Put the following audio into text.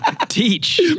Teach